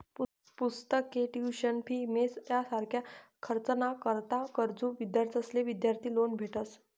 पुस्तके, tuition fee, mess यासारखा खर्च ना करता गरजू विद्यार्थ्यांसले विद्यार्थी लोन भेटस